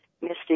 Misty